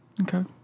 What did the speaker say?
Okay